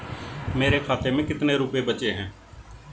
मेरे खाते में कितने रुपये बचे हैं?